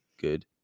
good